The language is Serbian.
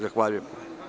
Zahvaljujem.